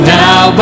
now